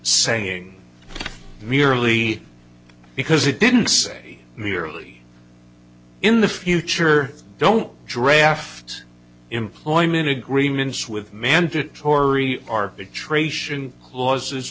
saying merely because it didn't say merely in the future don't draft employment agreements with mandatory arbitration clauses